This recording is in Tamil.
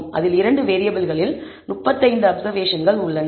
அதில் 2 வேறியபிள்களில் 35 அப்சர்வேஷன்கள் உள்ளன